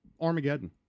Armageddon